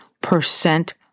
percent